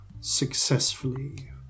successfully